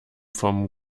vom